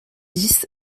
dix